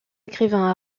écrivains